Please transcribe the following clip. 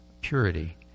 purity